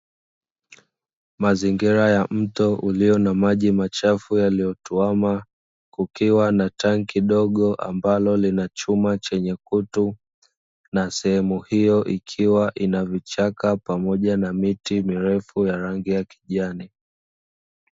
Mazingira ya mto ulio na maji machafu yaliyotuama, kukiwa na tangi dogo ambalo lina chuma chenye kutu, na sehemu ikiwa ina vichaka pamoja na miti mirefu ya rangi ya kijani.